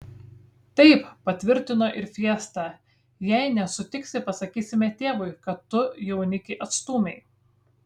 taip patvirtino ir fiesta jei nesutiksi pasakysime tėvui kad tu jaunikį atstūmei